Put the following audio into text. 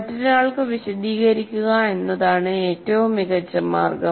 മറ്റൊരാൾക്ക് വിശദീകരിക്കുക എന്നതാണ് ഏറ്റവും മികച്ച മാർഗം